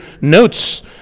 notes